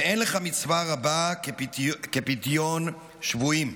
"ואין לך מצווה גדולה כפדיון שבויים,